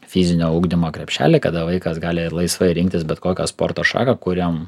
fizinio ugdymo krepšelį kada vaikas gali laisvai rinktis bet kokią sporto šaką kuriam